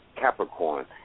Capricorn